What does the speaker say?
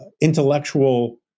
intellectual